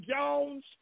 Jones